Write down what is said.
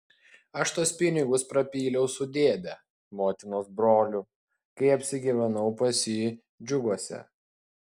aš tuos pinigus prapyliau su dėde motinos broliu kai apsigyvenau pas jį džiuguose